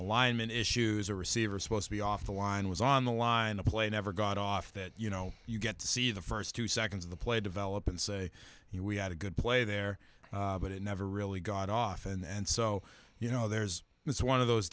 alignment issues a receiver is supposed to be off the line was on the line a play never got off that you know you get to see the first two seconds of the play develop and say you know we had a good play there but it never really got off and so you know there's it's one of those